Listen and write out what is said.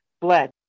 bled